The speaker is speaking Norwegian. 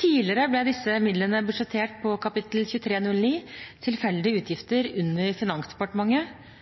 Tidligere ble disse midlene budsjettert på kap. 2309, Tilfeldige utgifter, under Finansdepartementet,